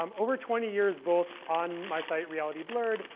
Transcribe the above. um over twenty years both on my site, reality blurred,